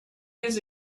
his